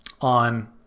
on